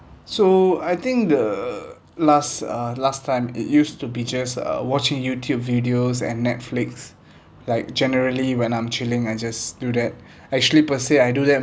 so I think the last uh last time it used to be just uh watching YouTube videos and Netflix like generally when I'm chilling I just do that actually per se I do that